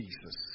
Jesus